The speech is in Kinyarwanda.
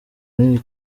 nini